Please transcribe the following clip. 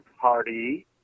party